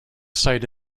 site